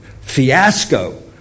fiasco